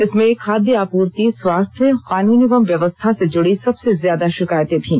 इसमें खाद्य आपूर्ति स्वास्थ्य कानून एवं व्यवस्था से जुड़ी सबसे ज्यादा शिकायतें थी